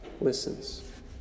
listens